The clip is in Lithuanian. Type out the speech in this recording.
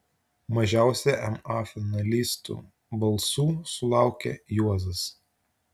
mažiausia ma finalistų balsų sulaukė juozas